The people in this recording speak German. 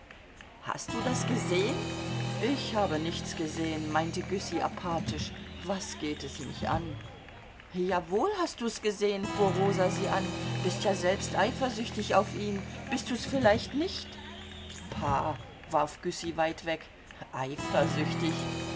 hast du das gesehen ich habe nichts gesehen meinte güssy apathisch was geht es mich an jawohl hast du's gesehen fuhr rosa sie an bist ja selbst eifersüchtig auf ihn bist du's vielleicht nicht pah warf güssy weit weg eifersüchtig